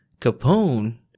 Capone